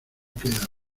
quedan